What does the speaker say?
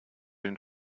den